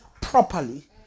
properly